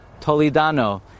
Tolidano